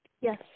Yes